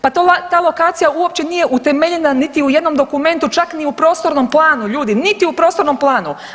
Pa ta lokacija uopće nije utemeljena niti u jednom dokumentu, čak ni u prostornom planu, ljudi niti u prostornom planu.